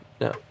No